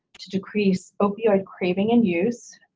to decrease opioid craving and use,